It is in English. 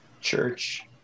church